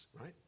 right